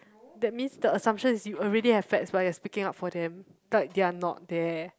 that means the assumption is you already have fats but you are speaking up for them but they are not there